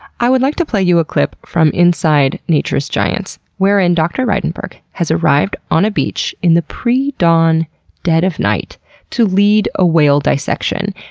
i would like to play you a clip from inside nature's giants, wherein dr. reidenberg has arrived on a beach on the predawn dead of night to lead a whale dissection.